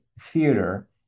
theater